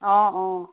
অঁ অঁ